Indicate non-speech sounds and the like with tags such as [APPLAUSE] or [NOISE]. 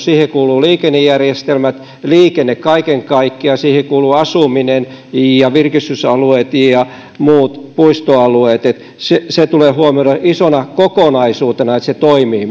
[UNINTELLIGIBLE] siihen kuuluvat liikennejärjestelmät liikenne kaiken kaikkiaan siihen kuuluu asuminen ja virkistysalueet ja muut puistoalueet se se tulee huomioida isona kokonaisuutena että se toimii [UNINTELLIGIBLE]